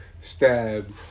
Stab